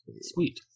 Sweet